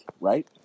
right